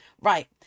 right